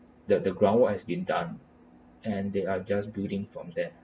that the groundwork has been done and they are just building from that